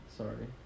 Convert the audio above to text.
sorry